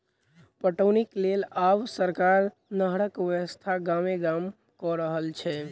पटौनीक लेल आब सरकार नहरक व्यवस्था गामे गाम क रहल छै